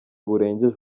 burengeje